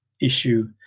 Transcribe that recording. issue